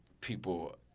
people